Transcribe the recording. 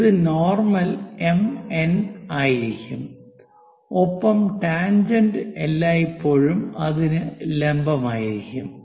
ഇത് normal MN ആയിരിക്കും ഒപ്പം ടാൻജെന്റ് എല്ലായ്പ്പോഴും അതിന് ലംബമായിരിക്കും